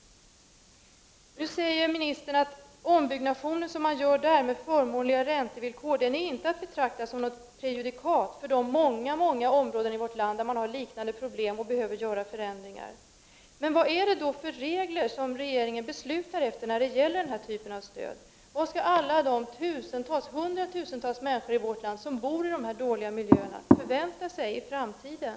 Ministern säger att ombyggnaden med förmånliga räntevillkor inte är att 25 betrakta som något prejudikat för de många områden i vårt land där det finns liknande problem och där ändringar behöver göras. Men efter vilka regler beslutar då regeringen när det gäller den här typen av stöd? Vad skall alla de hundratusentals människor som bor i de här dåliga miljöerna förvänta sig i framtiden?